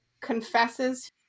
confesses